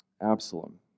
Absalom